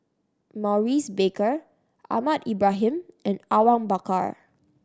Maurice Baker Ahmad Ibrahim and Awang Bakar